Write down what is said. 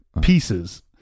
pieces